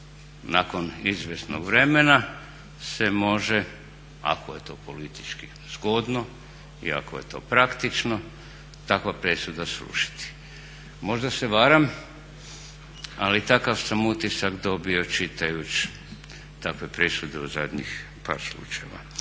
nakon izvjesnog vremena se može ako je to politički zgodno i ako je to praktično takva presuda srušiti. Možda se varam, ali takav sam utisak dobio čitajući takve presude u zadnjih par slučajeva.